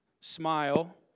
smile